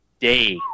day